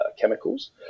chemicals